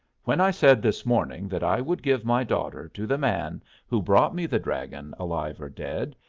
when i said this morning that i would give my daughter to the man who brought me the dragon alive or dead,